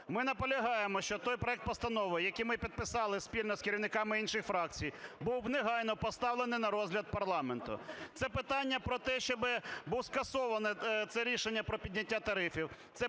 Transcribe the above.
Ми наполягаємо, що той проект постанови, який ми підписали спільно з керівниками інших фракцій, був негайно поставлений на розгляд парламенту. Це питання про те, щоб було скасовано це рішення про підняття тарифів,